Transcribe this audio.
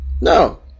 No